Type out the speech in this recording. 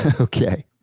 Okay